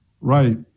Right